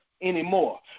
Anymore